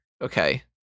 Okay